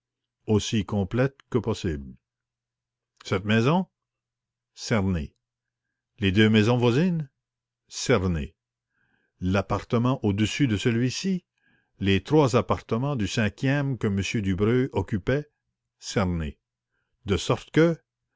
aussi complète que possible cette maison cernée les deux maisons voisines cernées l'appartement au-dessus de celui-ci les trois appartements du cinquième que m dubreuil occupait cernés de sorte que